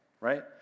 right